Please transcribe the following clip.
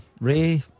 Ray